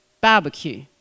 barbecue